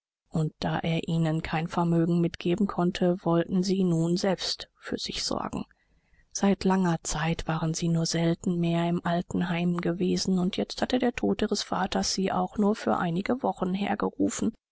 und da er ihnen kein vermögen mitgeben konnte wollten sie nun selbst für sich sorgen seit langer zeit waren sie nur selten mehr im alten heim gewesen und jetzt hatte der tod ihres vaters sie auch nur für einige wochen hergerufen